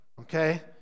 Okay